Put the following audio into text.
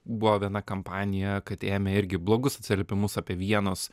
buvo viena kampanija kad ėmė irgi blogus atsiliepimus apie vienos